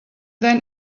then